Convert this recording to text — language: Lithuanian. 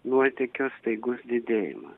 nuotėkio staigus didėjimas